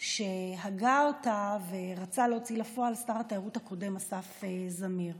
שהגה ורצה להוציא לפועל שר התיירות הקודם אסף זמיר.